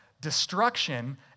destruction